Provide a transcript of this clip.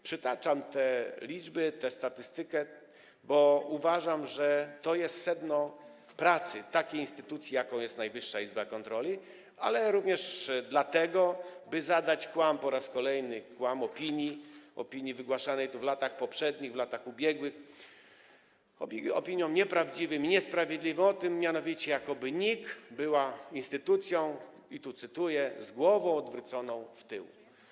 Przytaczam te liczby, tę statystykę, bo uważam, że to jest sedno pracy takiej instytucji, jaką jest Najwyższa Izba Kontroli, ale również dlatego, by po raz kolejny zadać kłam opiniom wygłaszanym tu w latach poprzednich, w latach ubiegłych, opiniom nieprawdziwym i niesprawiedliwym o tym, jakoby NIK była instytucją, i tu cytuję: z głową odwróconą w tył.